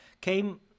came